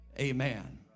Amen